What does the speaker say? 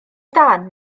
dan